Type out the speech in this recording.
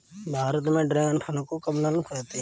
भारत में ड्रेगन फल को कमलम कहते है